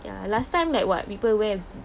ya last time like what people wear